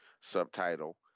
subtitle